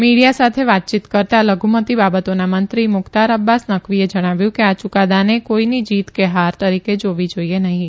media સાથે વાતચીત કરતા લધુમતી બાબતોના મંત્રી મુખ્તાર અબ્બાસ નકવીએ જણાવ્યું છે કે આ યુકાદાને કોઇની જીત કે હાર તરીકે જોવો જોઇએ નહીં